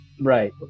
Right